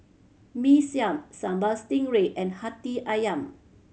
Mee Siam Sambal Stingray and Hati Ayam